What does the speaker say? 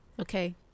Okay